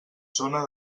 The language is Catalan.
zona